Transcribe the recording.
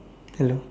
hello